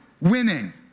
winning